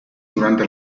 durante